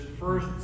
first